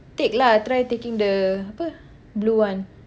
take lah try taking the apa blue one